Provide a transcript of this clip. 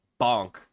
bonk